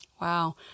Wow